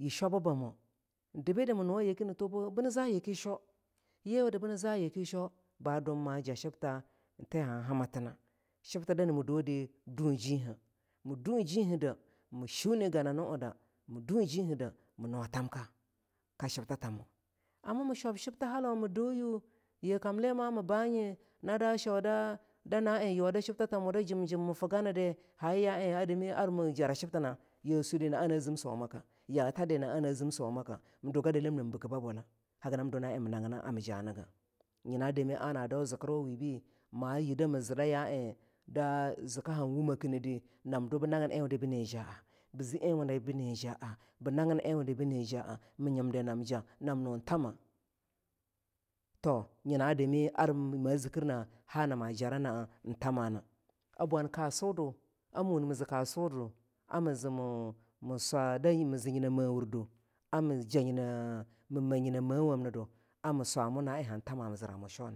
yii shwababamoh debidi mii muwo yake hani thunbu nii zah yake sheaw baa jum mah jah shibtha thie han hamathmah shibthi damana ma duwodi mah dung jeinghei mii dueng jeighei dea mii shunne ganamu eng da mii dueng jeinghei dea mii nuwa thamha ka shibtha tamoh amma meah shuwab shibthie hallau mii dau yuwoh yii kam lii mah mii baa nye na da shauda da na eing yuwa da shibtha thamoh dah jim jim mii figa nidi hayea ya eing a dami a mii jara shibthina yah sue dii naa nazim somake yathadi naa na zim somaka mii due gadi lem nam beaki bahbola hagi nam due nea eing mii nagina amii janigah nyina dami ana dau zikirwebi maa yii da mii zii daa ya eingda zikka hanwumeki nidi nam dwa bii nagin eing wudo bii mii jaah bii nagin eing wudi bii nii jaah mii nyimdi nam za nam nun thamah to nyina dami ar ma zikir naa ha ena ma jaranaah eing thamanah a bwan kasudu a mii wung mii zii kasurudi a mii zii mii swa da mii zii nyina mii maah newurdi a mii ja nyina mii mahh nyina meah wamnidda a miiswa ma na eing han hamma mii zira mu sheau